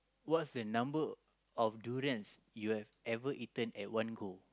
what's the number of durians you have ever eaten at one go